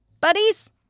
Buddies